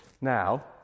Now